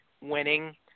winning